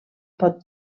pot